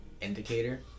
indicator